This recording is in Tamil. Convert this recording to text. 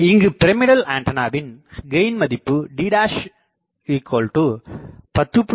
இங்குப்பிரமிடல் ஆண்டனாவின் கெயின் மதிப்பு D 10